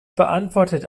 beantwortet